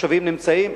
התושבים נמצאים,